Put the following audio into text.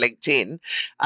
LinkedIn